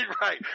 Right